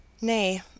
Nay